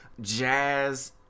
Jazz